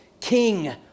king